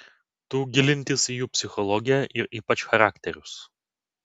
tų gilintis į jų psichologiją ir ypač charakterius